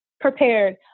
prepared